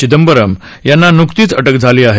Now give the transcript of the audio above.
चिंदबरम यांना नुकतीच अटक झाली आहे